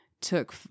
took